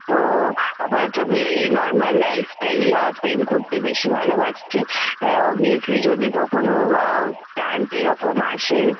তো আপাতত আমি এই নর্মাল লাইফটাই স্পেন্ড করতে বেশি ভালোবাসছি হ্যাঁ অবভিয়াসলি যদি কখনো চান্স এরকম আসে